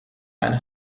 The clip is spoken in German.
eine